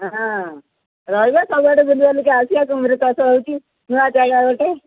ହଁ ରହିବା ସବୁଆଡ଼େ ବୁଲି ବାଲିକି ଆସିବା କୁମ୍ବୀର ଚାଷ ହେଉଛି ନୂଆ ଜାଗା ଗୋଟେ